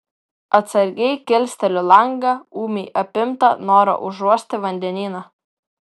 atsargiai kilsteliu langą ūmiai apimta noro užuosti vandenyną